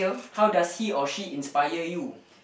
how does he or she inspire you